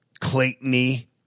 Claytony